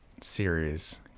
series